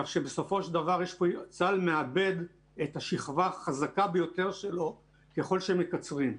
כך שבסופו של דבר צה"ל מאבד את השכבה החזקה ביותר שלו ככל שמקצרים.